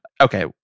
okay